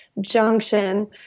junction